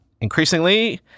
increasingly